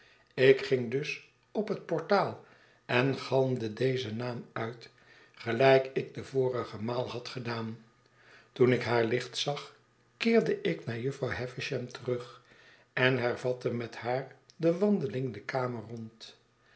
ik ging dus op het portaal en galmde dezen naam uit gelijk ik de vorige maal had gedaan toen ik haar licht zag keerde ik naar jufvrouw havisham terug en hervatte met haar de wandeling de kamer rond